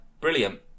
brilliant